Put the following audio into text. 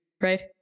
right